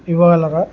ఇవ్వగలరా